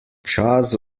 čas